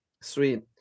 Sweet